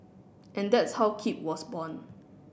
and that's how Keep was born